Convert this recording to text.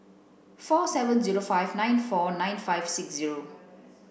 four seven zero five nine four nine five six zero